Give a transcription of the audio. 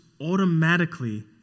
automatically